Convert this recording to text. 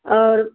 आओर